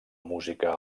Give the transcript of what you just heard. música